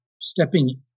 stepping